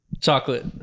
Chocolate